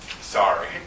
sorry